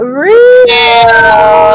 real